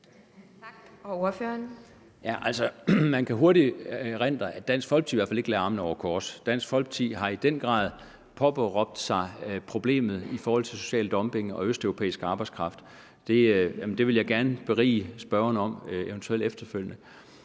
altså hurtigt kunne erindre, at Dansk Folkeparti i hvert fald ikke lagde armene over kors. Dansk Folkeparti har i den grad påberåbt sig problemets omfang, hvad angår social dumping og østeuropæisk arbejdskraft. Det vil jeg gerne berige spørgeren med ved eventuelt at fortælle